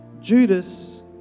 Judas